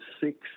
six